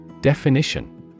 Definition